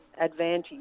advantage